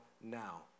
now